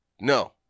No